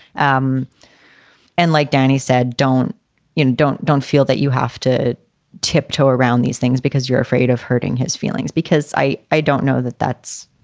um and like danny said, don't you and don't don't feel that you have to tiptoe around these things because you're afraid of hurting his feelings? because i i don't know that that's